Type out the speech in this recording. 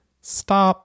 stop